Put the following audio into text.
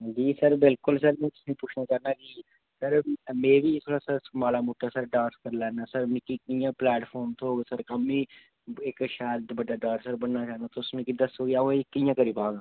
जी sir बिल्कुल sir में तुसें ई पुच्छना चाह्न्नां कि सर में बी थोह्ड़ा सर माड़ा मुट्टा सर डांस करी लैन्ना सर मिगी कि'यां प्लैटफार्म थ्होग सर अ'म्मी इक शैल बड्डा डांस र बनना चाह्न्नां तुस मिगी दस्सो कि अ'ऊं एह् कि'यां करी पाह्ङ